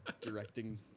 directing